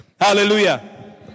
Hallelujah